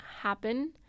happen